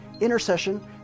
intercession